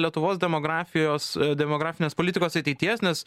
lietuvos demografijos demografinės politikos ateities nes